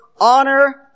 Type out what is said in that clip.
Honor